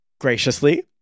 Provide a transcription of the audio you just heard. graciously